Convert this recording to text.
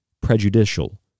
prejudicial